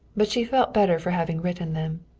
but she felt better for having written them.